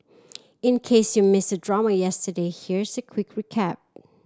in case you missed the drama yesterday here's a quick recap